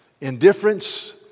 indifference